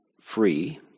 free